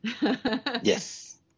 Yes